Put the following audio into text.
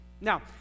Now